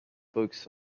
books